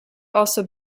also